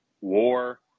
war